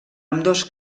ambdós